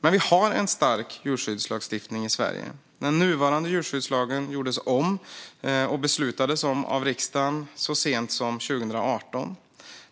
Men vi har en stark djurskyddslagstiftning i Sverige. Den nuvarande djurskyddslagen gjordes om och beslutades av riksdagen så sent som 2018.